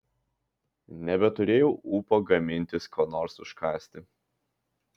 nebeturėjau ūpo gamintis ko nors užkąsti